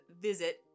visit